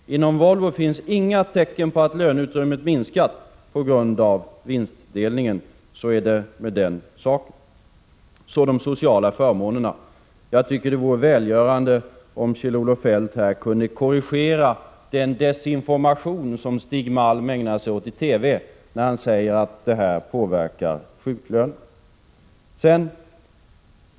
1986/87:135 inga tecken på att löneutrymmet minskat på grund av vinstdelningen. Så är 3 juni 1987 det med den saken. ANSER NAN Så de sociala förmånerna. Jag tycker det vore välgörande om Kjell-Olof = Socialavgifter på vinst Feldt här kunde korrigera den desinformation som Stig Malm ägnar sig åt i — 9”delar TV när han säger att det här påverkar sjuklönen.